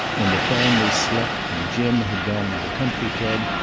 when the family slept and jim had gone to the country club,